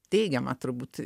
teigiama turbūt